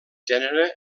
gènere